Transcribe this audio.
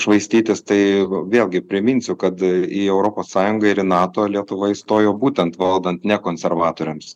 švaistytis tai vėlgi priminsiu kad į europos sąjungą ir nato lietuva įstojo būtent valdant ne konservatoriams